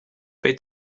they